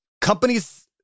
companies